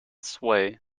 sway